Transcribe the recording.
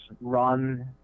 run